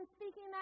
speaking